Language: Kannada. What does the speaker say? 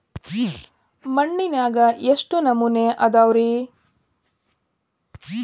ಮಣ್ಣಿನಾಗ ಎಷ್ಟು ನಮೂನೆ ಅದಾವ ರಿ?